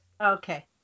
Okay